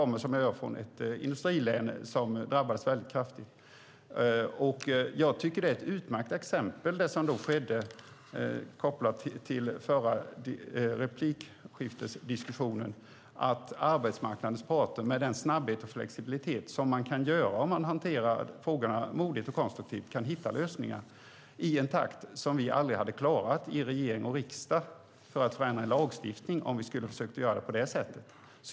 Jag kommer från ett industrilän som drabbades mycket kraftigt. Jag tycker att det som då skedde är ett utmärkt exempel, kopplat till förra replikskiftesdiskussionen, på att arbetsmarknadens parter - med den snabbhet och flexibilitet som man kan åstadkomma om man hanterar frågorna moget och konstruktivt - kan hitta lösningar i en takt som vi aldrig hade klarat i regering och riksdag, för att förändra en lagstiftning, om vi skulle ha försökt göra det på det sättet.